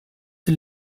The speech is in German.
the